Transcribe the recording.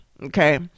Okay